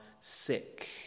sick